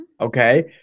Okay